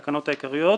התקנות העיקריות),